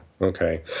okay